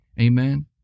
Amen